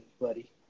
buddy